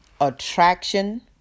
attraction